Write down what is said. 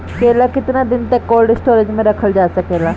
केला केतना दिन तक कोल्ड स्टोरेज में रखल जा सकेला?